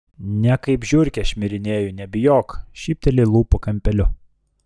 ne kaip žiurkė šmirinėju nebijok šypteli lūpų kampeliu